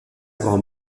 grand